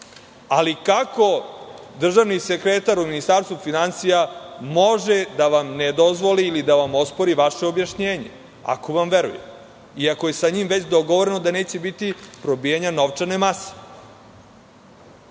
Ali, kako državni sekretar u Ministarstvu finansija može da vam ne dozvoli ili da vam ospori vaše objašnjenje, ako vam veruje i ako je sa njim već dogovoreno da neće biti probijanja novčane mase?